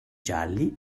gialli